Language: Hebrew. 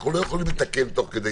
אנחנו לא יכולים לתקן תוך כדי תנועה.